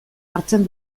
hartzen